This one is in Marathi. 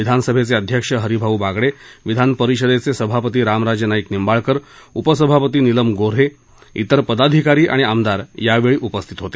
विधानसभा अध्यक्ष हरिभाऊ बागडे विधानपरिषदेचे सभापती रामराजे नाईक निंबाळकर उपसभापती निलम गो हे इतर पदाधिकारीआणि आमदार यावेळी उपस्थित होते